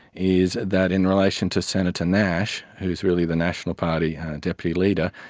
is that in relation to senator nash, who is really the national party deputy leader,